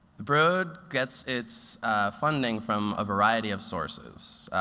the broad gets it's funding from a variety of sources.